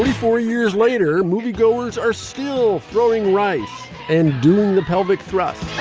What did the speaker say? four years later moviegoers are still throwing rice and doing the pelvic thrust.